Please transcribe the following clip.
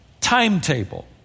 timetable